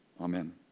amen